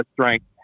strength